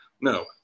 No